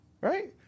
Right